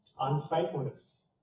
unfaithfulness